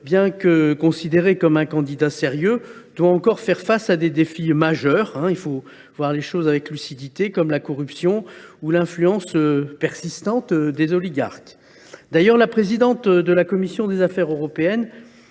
soit considérée comme un candidat sérieux, doit encore faire face à des défis majeurs – il faut être lucide sur ce point – comme la corruption ou l’influence persistante des oligarques. D’ailleurs, la présidente de la Commission européenne